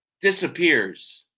disappears